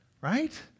Right